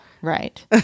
right